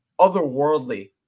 otherworldly